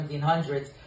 1700s